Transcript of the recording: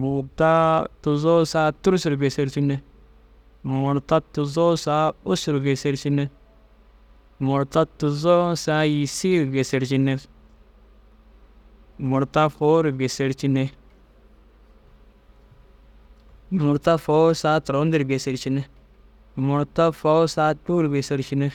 murta tuzoo saa tûrusu ru gêsercinne, murta tuzoo saa ussu ru gêsercinne, murta tuzoo saa yîsii ru gêsercinne, murta fôu ru gêsercinne. Murta fôu saa turon dir gêsercinne, murta fôu saa cûu ru gêsercinne